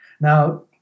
Now